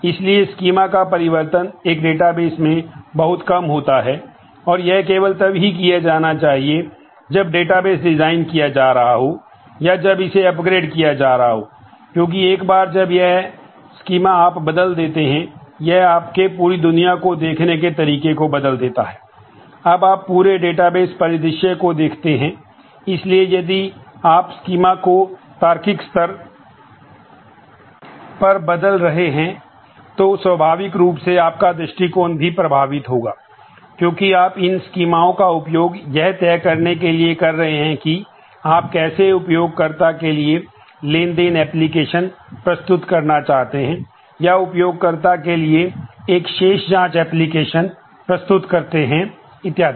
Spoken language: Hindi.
इसलिए स्कीमा प्रस्तुत करते हैं इत्यादि